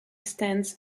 stands